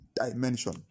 dimension